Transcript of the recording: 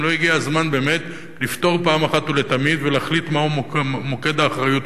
האם לא הגיע הזמן באמת לפתור פעם אחת ולתמיד ולהחליט מהו מוקד האחריות,